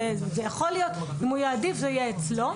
אם הוא יעדיף, זה יהיה אצלו.